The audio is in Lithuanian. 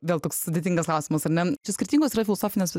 vėl toks sudėtingas klausimas ar ne čia skirtingos yra filosofinės